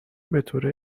بطور